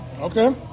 Okay